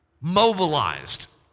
mobilized